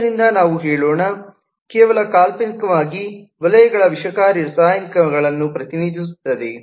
ಆದ್ದರಿಂದ ನಾವು ಹೇಳೋಣ ಕೇವಲ ಕಾಲ್ಪನಿಕವಾಗಿ ವಲಯಗಳು ವಿಷಕಾರಿ ರಾಸಾಯನಿಕಗಳನ್ನು ಪ್ರತಿನಿಧಿಸುತ್ತವೆ